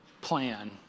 plan